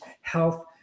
health